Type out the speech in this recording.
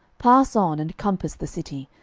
pass on, and compass the city,